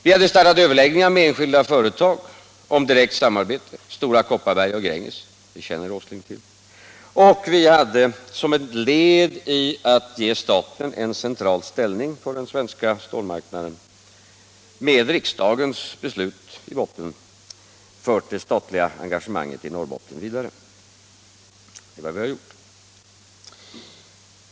Vi hade startat överläggningar med enskilda företag — Stora Kopparberg och Gränges — om direkt samarbete. Det känner herr Åsling till. Vi hade dessutom som ett led i strävandena att ge staten en central ställning på den svenska stålmarknaden med riksdagens beslut i botten fört det statliga engagemanget i Norrbotten vidare. Det är vad vi har gjort.